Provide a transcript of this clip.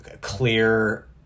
clear